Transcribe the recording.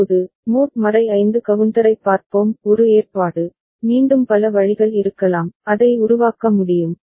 இப்போது மோட் 5 கவுண்டரைப் பார்ப்போம் ஒரு ஏற்பாடு மீண்டும் பல வழிகள் இருக்கலாம் அதை உருவாக்க முடியும்